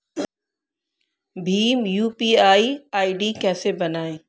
Bhim UPI ID कैसे बनाएं?